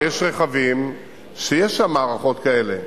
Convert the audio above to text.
הרי יש רכבים שיש בהם מערכות כאלה,